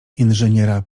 inżyniera